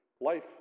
life